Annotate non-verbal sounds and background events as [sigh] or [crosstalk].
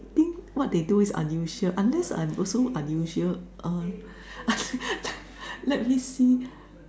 think what they do is unusual unless I'm also unusual uh [laughs] let me see